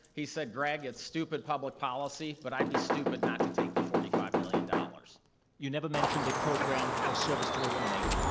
he said, greg, it's stupid public policy, but i'd be stupid not to take the forty five million dollars. nick you never mentioned a program or service to eliminate.